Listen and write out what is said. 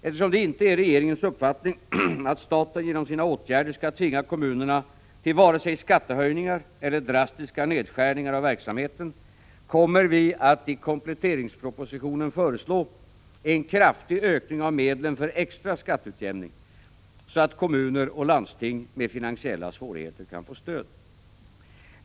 Eftersom det inte är regeringens uppfattning att staten genom sina åtgärder skall tvinga kommunerna till vare sig skattehöjningar eller drastiska nedskärningar av verksamheten, kommer vi att i kompletteringspropositionen föreslå en kraftig ökning av medlen för extra skatteutjämning, så att kommuner och landsting med finansiella svårigheter kan få stöd.